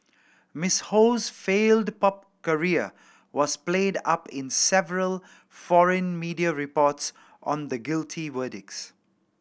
Miss Ho's failed pop career was played up in several foreign media reports on the guilty verdicts